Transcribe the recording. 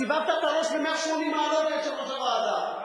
סובבת את הראש ב-180 מעלות ליושב-ראש הוועדה,